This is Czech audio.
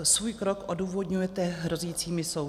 Svůj krok odůvodňujete hrozícími soudy.